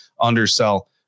undersell